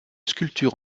sculpture